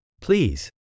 Please